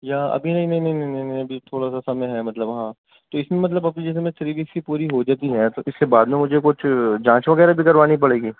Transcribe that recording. یا ابھی نہیں نہیں نہیں نیں میں ابھی تھوڑا سا سمے ہے مطلب ہاں تو اس میں مطلب اب جیسے میں تھری ویکس کی پوری ہو جاتی ہے تو اس سے بعد میں مجھے کچھ جانچ وغیرہ بھی کروانی پڑےگی